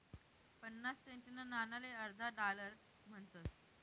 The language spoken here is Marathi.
पन्नास सेंटना नाणाले अर्धा डालर म्हणतस